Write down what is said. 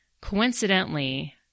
coincidentally